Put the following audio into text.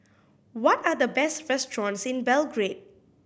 what are the best restaurants in Belgrade